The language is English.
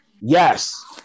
Yes